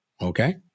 Okay